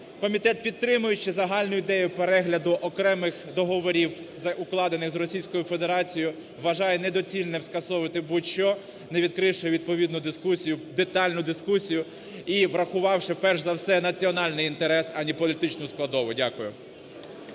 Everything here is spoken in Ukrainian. Комітет, підтримуючи загальну ідею перегляду окремих договорів, укладених з Російською Федерацією, вважає недоцільним скасовувати будь-що, не відкривши відповідну дискусію, детальну дискусію і врахувавши, перш за все, національний інтерес, а не політичну складову. Дякую.